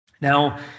Now